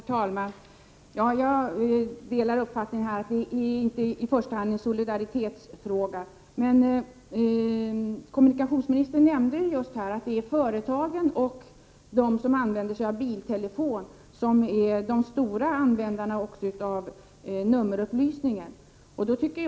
Herr talman! Jag delar uppfattningen att det inte i första hand är en solidaritetsfråga. Kommunikationsministern nämnde att det är företagen och de som använder sig av biltelefon som är de stora användarna att nummerupplysningens tjänster.